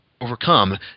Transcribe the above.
overcome